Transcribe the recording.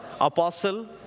apostle